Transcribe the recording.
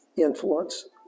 influence